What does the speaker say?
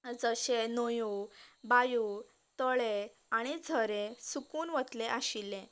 जशे न्हयो बांयो तळें आनी झरे सुकून वतले आशिल्ले